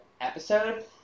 episode